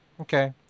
Okay